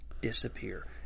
disappear